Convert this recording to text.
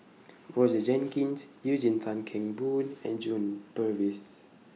Roger Jenkins Eugene Tan Kheng Boon and John Purvis